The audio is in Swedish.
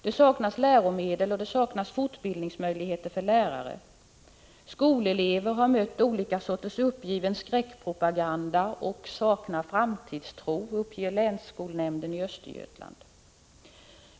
Det saknas läromedel och fortbildningsmöjligheter för lärare. Skolelever har mött olika sorters uppgiven skräckpropaganda och saknar framtidstro, uppger länsskolnämnden i Östergötland.